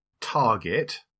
target